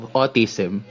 autism